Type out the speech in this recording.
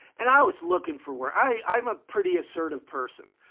and i was looking for work. i'm a pretty assertive person.